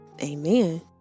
Amen